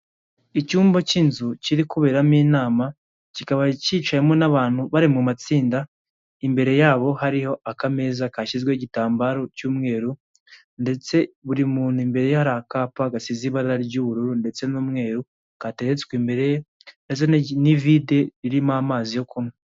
Icyumba cy'inzu kiri kuberamo inama, kikaba cyicayemo n'abantu bari mu matsinda, imbere yabo hariho akameza kashyizweho igitambaro cy'umweru ndetse buri muntu imbere ye hari akapa gasize ibara ry'ubururu ndetse n'umweru kateretswe imbere ye ndetse n'ivide ririmo amazi yo kunywa.